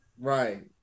Right